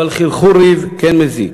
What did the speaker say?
אבל חרחור ריב כן מזיק.